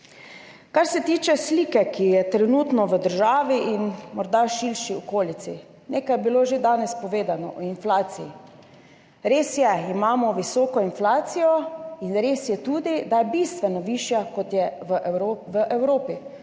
Kar se tiče slike, ki je trenutno v državi in morda širši okolici. Nekaj je bilo danes že povedano o inflaciji. Res je, imamo visoko inflacijo, in res je tudi, da je bistveno višja, kot je v Evropi,